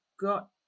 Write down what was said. got